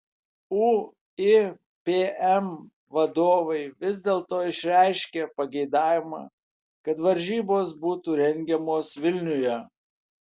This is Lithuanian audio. uipm vadovai vis dėlto išreiškė pageidavimą kad varžybos būtų rengiamos vilniuje